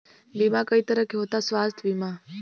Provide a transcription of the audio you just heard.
बीमा कई तरह के होता स्वास्थ्य बीमा?